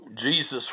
Jesus